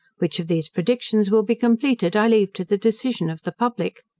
which of these predictions will be completed, i leave to the decision of the public.